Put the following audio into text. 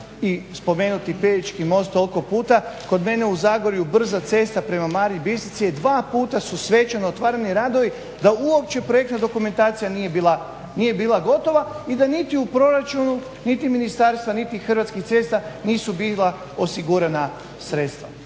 i spomenuti Pelješki most toliko puta, kod mene u Zagorju brza cesta prema Mariji Bistrici dva puta su svečano otvarani radovi da uopće projektna dokumentacija nije bila gotova i da niti u proračunu niti ministarstva niti hrvatskih cesta nisu bila osigurana sredstva.